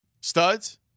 Studs